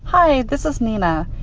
hi. this is nina,